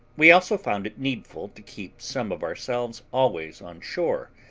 we also found it needful to keep some of ourselves always on shore,